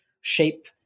shape